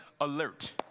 alert